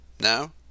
Now